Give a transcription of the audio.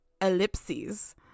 Ellipses